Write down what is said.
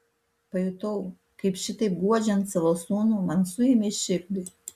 pajutau kaip šitaip guodžiant savo sūnų man suėmė širdį